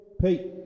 Pete